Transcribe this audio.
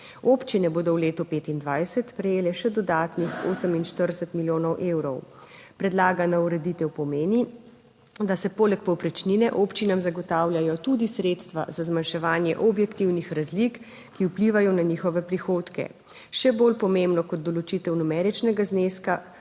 Občine bodo v letu 2025 prejele še dodatnih 48 milijonov evrov. Predlagana ureditev pomeni, da se poleg povprečnine občinam zagotavljajo tudi sredstva za zmanjševanje objektivnih razlik, ki vplivajo na njihove prihodke. Še bolj pomembno kot določitev numeričnega zneska